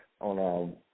on